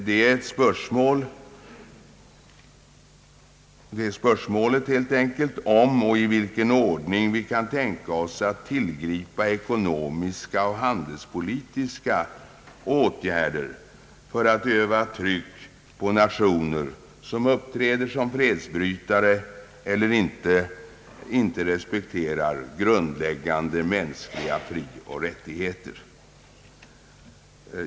Det är spörsmålet om och i vilken ordning vi kan tänka oss tillgripa ekonomiska och handelspolitiska åtgärder för att öva tryck på nationer som uppträder som fredsbrytare eller inte respekterar grundläggande mänskliga frioch rättigheter.